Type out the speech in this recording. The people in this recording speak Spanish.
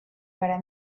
para